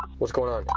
what's going on